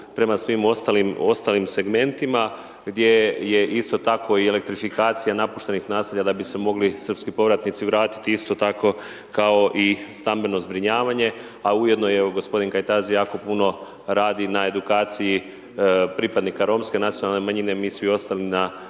prema svim ostalim segmentima, gdje je isto tako i elektrifikacija napuštenih naselja da bi se mogli srpski povratnici vratiti isto tako kao i stambeno zbrinjavanje, a ujedno je, evo i g. Kajtazi jako puno radi na edukaciji pripadnika romske nacionalne manjine, mi svi ostali na